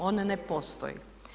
On ne postoji.